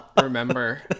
remember